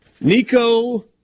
Nico